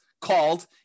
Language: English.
called